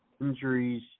injuries